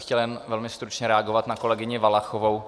Chtěl bych jen velmi stručně reagovat na kolegyni Valachovou.